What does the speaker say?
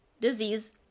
disease